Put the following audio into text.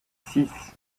six